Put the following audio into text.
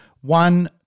one